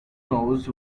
knows